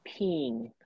peeing